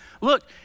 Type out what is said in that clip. look